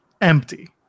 empty